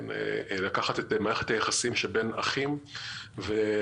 לקחת את מערכת היחסים שבין אחים ולהכיל